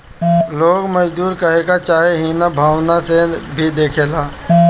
लोग मजदूर कहके चाहे हीन भावना से भी देखेला